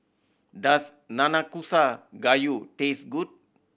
does Nanakusa Gayu taste good